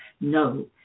No